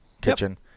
kitchen